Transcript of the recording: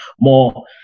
more